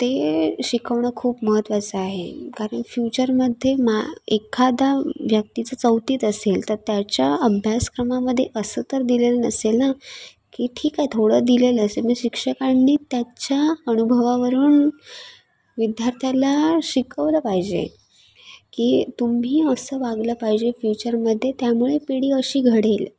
ते शिकवणं खूप महत्वाचं आहे कारण फ्यूचरमध्ये मा एखादा व्यक्ती जर चौथीत असेल तर त्याच्या अभ्यासक्रमामध्ये असं तर दिलेलं नसेल ना की ठीक आहे थोडं दिलेलं असेल मग शिक्षकांनी त्याच्या अनुभवावरून विद्यार्थ्याला शिकवलं पाहिजे की तुम्ही असं वागलं पाहिजे फ्यूचरमध्ये त्यामुळे पिढी अशी घडेल